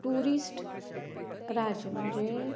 tourist राज्य म्हणजे